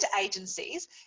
agencies